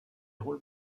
rôles